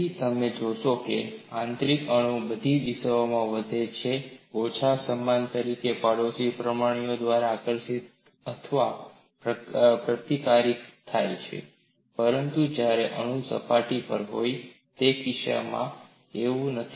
તેથી તમે જે શોધો તે છે કે આંતરિક અણુ બધી દિશાઓમાં વધુ કે ઓછા સમાન રીતે પડોશી પરમાણુઓ દ્વારા આકર્ષિત અથવા પ્રતિકારીત થાય છે પરંતુ જ્યારે અણુ સપાટી પર હોય તે કિસ્સો માં એવું થતું નથી